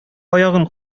аягын